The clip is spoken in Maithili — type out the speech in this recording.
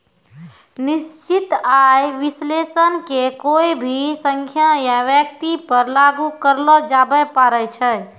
निश्चित आय विश्लेषण के कोय भी संख्या या व्यक्ति पर लागू करलो जाबै पारै छै